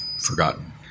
forgotten